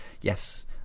Yes